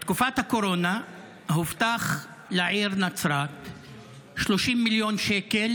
בתקופת הקורונה הובטחו לעיר נצרת 30 מיליון שקל